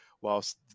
whilst